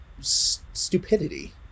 stupidity